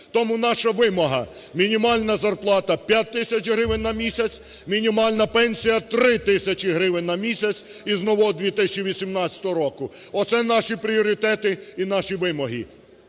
Тому наша вимога: мінімальна зарплата – 5 тисяч гривень на місяць, мінімальна пенсія – 3 тисячі гривень на місяць із нового 2018 року. Оце наші пріоритети і наші вимоги.